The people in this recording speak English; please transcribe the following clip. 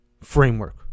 framework